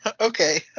Okay